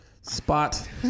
spot